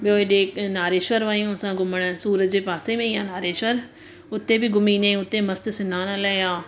ॿियों हेॾे नारेश्वर वयूं असां घुमणु सूरत जे पासे में ई आहे नारेश्वर हुते बि घुमी ईंदा आहियूं हुते मस्तु सनान लाए आहे